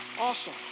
Awesome